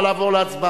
נא לעבור להצבעה.